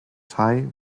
tie